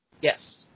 Yes